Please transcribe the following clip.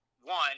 one